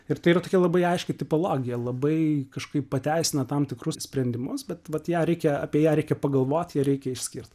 ir tai yra tokia labai aiški tipologija labai kažkaip pateisina tam tikrus sprendimus bet vat ją reikia apie ją reikia pagalvoti ją reikia išskirt